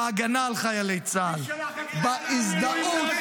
הייתם בנושא הזה.